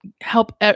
help